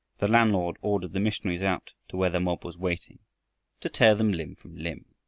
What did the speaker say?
the landlord ordered the missionaries out to where the mob was waiting to tear them limb from limb.